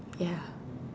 ya